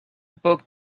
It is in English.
book